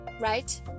right